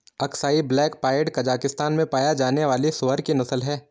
Aksai black pied Kazakhstan में पाया जाने वाली सूअर की नस्ल है